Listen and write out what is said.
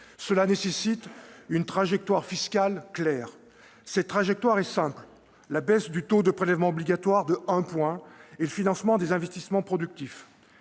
Cela nécessite une trajectoire fiscale claire. Cette trajectoire est simple : elle passe par la baisse du taux de prélèvements obligatoires de un point et le financement des investissements productifs.